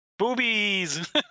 boobies